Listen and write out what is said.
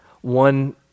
one